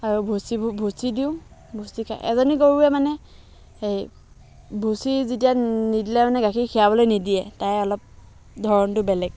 আৰু ভুচিবোৰ ভুচি দিওঁ ভুচি খাই এজনী গৰুৱে মানে হেৰি ভুচি যেতিয়া নিদিলে মানে গাখীৰ খীৰাবলৈ নিদিয়ে তাই অলপ ধৰণটো বেলেগ